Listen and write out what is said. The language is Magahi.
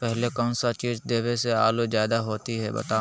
पहले कौन सा चीज देबे से आलू ज्यादा होती बताऊं?